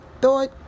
thought